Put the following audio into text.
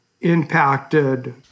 impacted